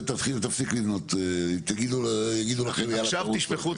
יגידו לכם, יאלה, תרוצו.